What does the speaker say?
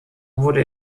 wurde